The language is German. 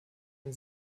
ein